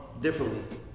differently